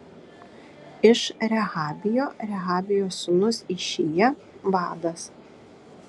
iš rehabijo rehabijo sūnus išija vadas